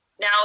Now